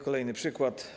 Kolejny przykład.